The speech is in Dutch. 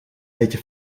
beetje